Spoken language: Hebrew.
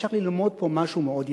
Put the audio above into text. אפשר ללמוד פה משהו מאוד יסודי.